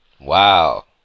wow